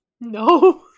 No